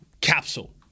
capsule